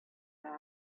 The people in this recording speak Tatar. патша